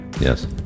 Yes